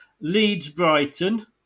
Leeds-Brighton